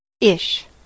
Ish